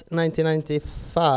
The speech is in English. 1995